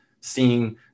seeing